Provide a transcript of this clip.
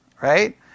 right